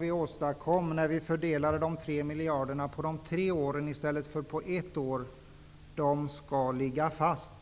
vi åstadkom när vi fördelade besparingen på tre miljarder kronor över tre år i stället för över ett år skall ligga fast.